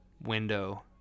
window